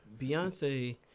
Beyonce